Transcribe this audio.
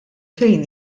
fejn